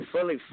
fully